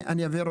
אני אבהיר,